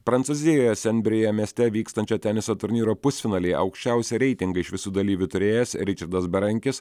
prancūzijoje sembrėje mieste vykstančio teniso turnyro pusfinalyje aukščiausią reitingą iš visų dalyvių turėjęs ričardas berankis